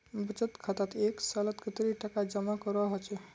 बचत खातात एक सालोत कतेरी टका जमा करवा होचए?